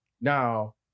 now